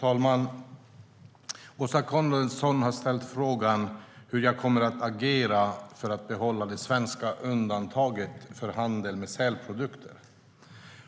Svar på interpellationer Fru talman! Åsa Coenraads har ställt frågan hur jag kommer att agera för att behålla det svenska undantaget för handel med sälprodukter.